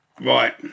Right